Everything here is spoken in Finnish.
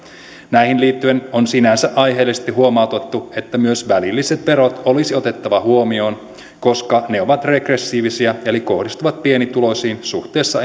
näihin liittyen on sinänsä aiheellisesti huomautettu että myös välilliset verot olisi otettava huomioon koska ne ovat regressiivisiä eli kohdistuvat pienituloisiin suhteessa